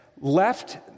left